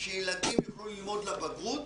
שילדים יוכלו ללמוד לבגרות,